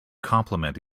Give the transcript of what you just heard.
compliment